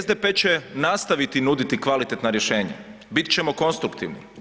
SDP će nastaviti nuditi kvalitetna rješenja, bit ćemo konstruktivni.